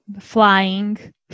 flying